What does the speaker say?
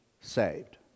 saved